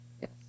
Yes